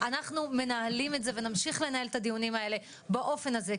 אנו מנהלים את זה ונמשיך לנהל את הדיונים האלה באופן הזה,